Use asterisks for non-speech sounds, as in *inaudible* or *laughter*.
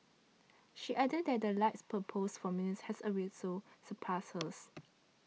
she added that the likes per post for Meredith has also surpassed *noise* hers